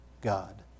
God